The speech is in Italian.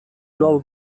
nuovo